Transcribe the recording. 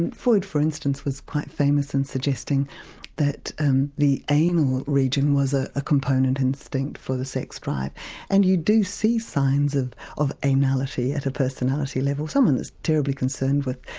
and freud for instance was quite famous in suggesting that and the anal region was ah a component instinct for the sex drive and you do see signs of of anality at a personality level. someone that's terribly concerned with,